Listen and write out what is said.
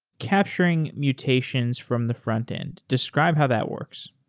capturing mutations from the frontend, describe how that works.